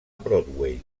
broadway